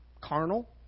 carnal